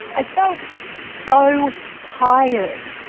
i felt so tired.